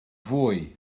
fwy